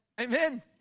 Amen